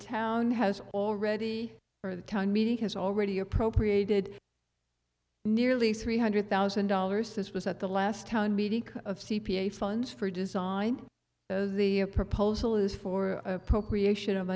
town has already or the town meeting has already appropriated nearly three hundred thousand dollars this was at the last town meeting of c p a funds for design the proposal is for appropriation of